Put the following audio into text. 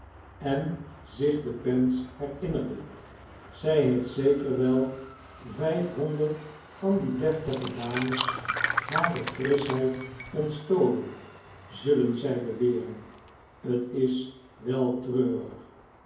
en zich de pens herinnerde zij heeft zeker wel vijfhonderd van die deftige dames hare frischheid ontstolen zullen zij beweren t is wel treurig